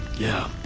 yeah,